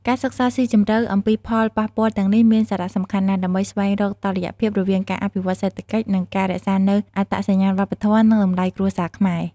ការសិក្សាស៊ីជម្រៅអំពីផលប៉ះពាល់ទាំងនេះមានសារៈសំខាន់ណាស់ ដើម្បីស្វែងរកតុល្យភាពរវាងការអភិវឌ្ឍសេដ្ឋកិច្ច និងការរក្សានូវអត្តសញ្ញាណវប្បធម៌ និងតម្លៃគ្រួសារខ្មែរ។